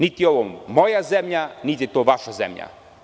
Niti je ovo moja zemlja, niti je to vaša zemlja.